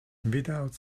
without